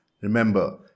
remember